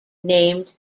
named